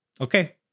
Okay